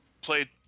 played